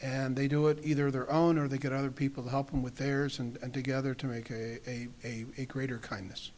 and they do it either their own or they get other people to help them with theirs and together to make a a greater kindness